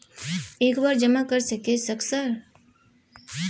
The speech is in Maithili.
एक बार जमा कर सके सक सर?